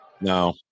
No